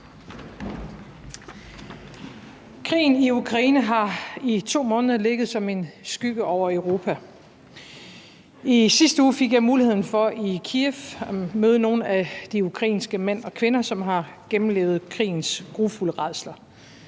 Krigen i Ukraine har i 2 måneder ligget som en skygge over Europa. I sidste uge fik jeg muligheden for i Kyiv at møde nogle af de ukrainske mænd og kvinder, som har gennemlevet krigens grufulde rædsler,